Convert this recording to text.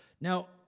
Now